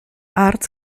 arts